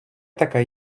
така